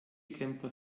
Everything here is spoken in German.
camper